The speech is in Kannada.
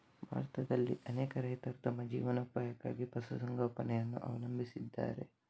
ಭಾರತದಲ್ಲಿ ಅನೇಕ ರೈತರು ತಮ್ಮ ಜೀವನೋಪಾಯಕ್ಕಾಗಿ ಪಶು ಸಂಗೋಪನೆಯನ್ನು ಅವಲಂಬಿಸಿದ್ದಾರೆ